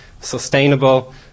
Sustainable